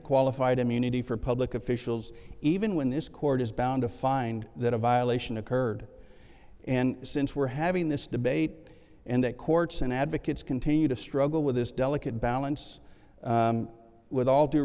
qualified immunity for public officials even when this court is bound to find that a violation occurred and since we're having this debate and the courts and advocates continue to struggle with this delicate balance with all due